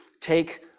take